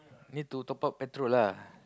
need to top up petrol lah